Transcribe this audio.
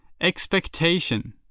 Expectation